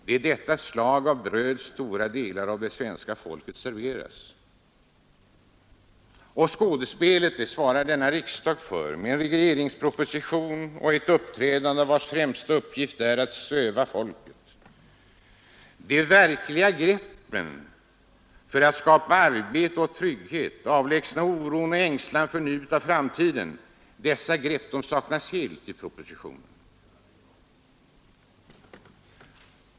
Det är detta slag av bröd som stora delar av det svenska folket serveras. Och skådespelet svarar denna riksdag för med en regeringsproposition och ett uppträdande, vars främsta uppgift är att söva folket. De verkliga greppen för att skapa arbete och trygghet, för att avlägsna ängslan och oron för nuet och framtiden saknas helt i propositionen.